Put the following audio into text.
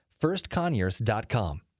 firstconyers.com